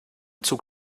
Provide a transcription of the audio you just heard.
zug